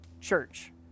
church